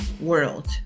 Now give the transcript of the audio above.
world